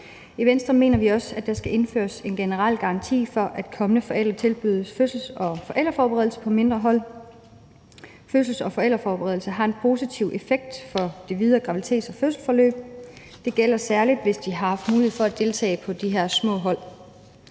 I Venstre mener vi også, at der skal indføres en generel garanti for, at kommende forældre tilbydes fødsels- og forældreforberedelse på mindre hold. Fødsels- og forældreforberedelse har en positiv effekt for det videre graviditets- og fødselsforløb. Det gælder særlig, hvis de har haft mulighed for at deltage på de her små hold.